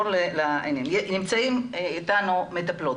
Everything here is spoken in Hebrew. נמצאות איתנו בדיון מטפלות,